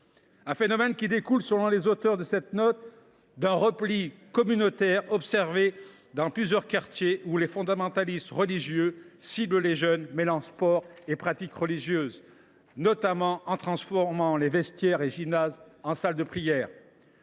Le phénomène découle, selon les auteurs de cette note, d’un repli communautaire observé dans plusieurs quartiers où les fondamentalistes religieux ciblent les jeunes, mêlant sport et pratique religieuse. En particulier, ils transforment les vestiaires et les gymnases en salle de prière.